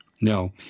No